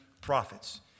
prophets